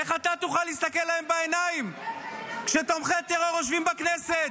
איך אתה תוכל להסתכל להם בעיניים כשתומכי טרור יושבים בכנסת?